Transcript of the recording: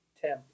Tim